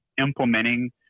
implementing